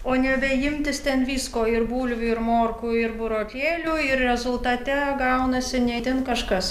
o nebeimtis ten visko ir bulvių ir morkų ir burokėlių ir rezultate gaunasi ne itin kažkas